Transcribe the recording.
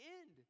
end